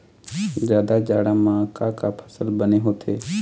जादा जाड़ा म का का फसल बने होथे?